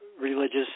religious